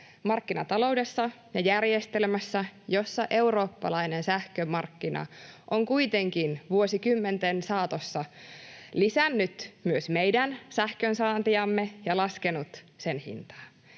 markkinataloudessa ja -järjestelemässä eurooppalainen sähkömarkkina on kuitenkin vuosikymmenten saatossa lisännyt myös meidän sähkönsaantiamme ja laskenut sen hintaa.